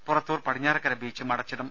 പുറത്തൂർ പടിഞ്ഞാറെക്കര ബ്രീച്ചും അടച്ചിടും